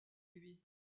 lui